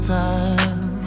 time